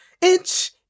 Itch